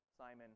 Simon